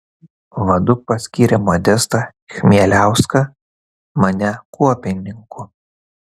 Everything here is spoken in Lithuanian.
vadu paskyrė modestą chmieliauską mane kuopininku